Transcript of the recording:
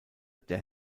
der